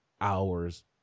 hours